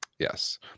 Yes